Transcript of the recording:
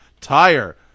tire